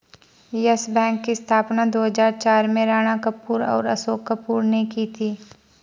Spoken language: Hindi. यस बैंक की स्थापना दो हजार चार में राणा कपूर और अशोक कपूर ने की थी